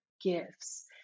gifts